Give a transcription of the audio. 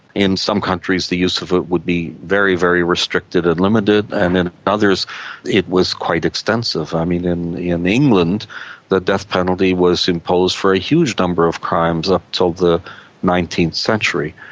in some countries the use of it would be very, very restricted and limited, and in others it was quite extensive. i mean, in in england the death penalty was imposed for a huge number of crimes up until the nineteenth century,